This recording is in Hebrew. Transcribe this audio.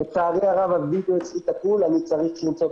לצערי הרב, אני לא יכול.